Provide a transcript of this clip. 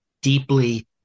deeply